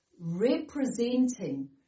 representing